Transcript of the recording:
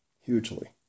Hugely